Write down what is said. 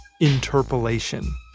interpolation